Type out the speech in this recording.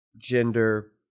gender